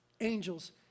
angels